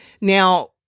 Now